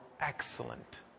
excellent